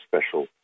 special